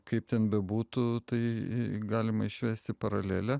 kaip ten bebūtų tai galima išvesti paralelę